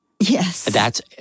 Yes